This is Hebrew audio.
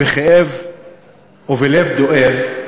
בכאב ובלב דואב,